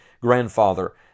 grandfather